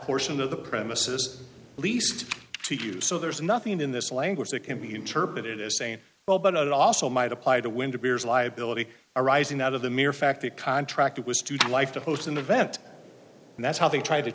portion of the premises leased to you so there's nothing in this language that can be interpreted as saying well but it also might apply to winter beers liability arising out of the mere fact the contract was to life to host an event and that's how they tried to